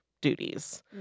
duties